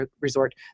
resort